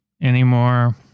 anymore